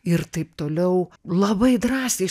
ir taip toliau labai drąsiai